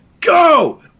Go